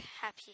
happy